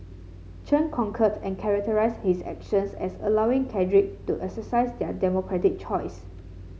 Chen concurred and characterised his actions as allowing cadre to exercise their democratic choice